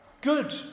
good